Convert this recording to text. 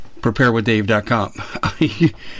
Preparewithdave.com